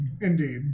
Indeed